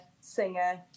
singer